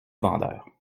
vendeur